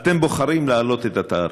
אתם בוחרים להעלות את התעריף?